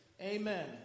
amen